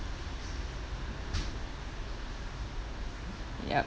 yup